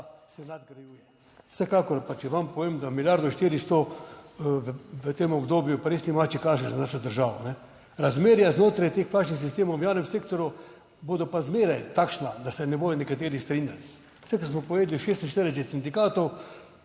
se nadgrajuje. Vsekakor pa, če vam povem, da milijardo 400 v tem obdobju pa res ni mačji kašelj za našo državo. Razmerja znotraj teh plačnih sistemov v javnem sektorju bodo pa zmeraj takšna, da se ne bodo nekateri strinjali. Saj smo povedali, 46 sindikatov